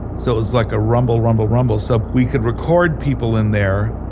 so it was like a rumble, rumble, rumble. so we could record people in there,